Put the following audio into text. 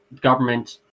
government